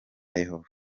yehova